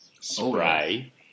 spray